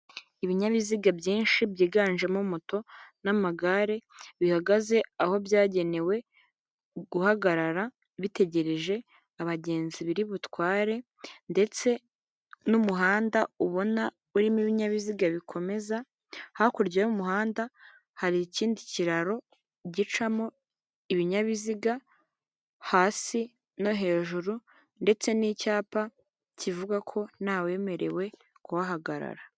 Ibinyabiziga byinshi byiganjemo moto n'amagare, bihagaze aho byagenewe guhagarara bitegereje abagenzi biri butware, ndetse n'umuhanda ubona urimo ibinyabiziga bikomeza, hakurya y'umuhanda hari ikindi kiraro, gicamo ibinyabiziga hasi no hejuru ndetse n'icyapa kivuga ko ntawemerewe kuhagarara.